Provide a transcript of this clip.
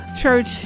church